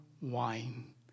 wine